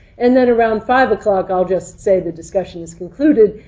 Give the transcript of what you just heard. and then around five o'clock, i'll just say the discussion is concluded,